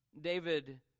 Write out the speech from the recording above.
David